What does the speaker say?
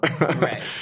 Right